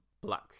black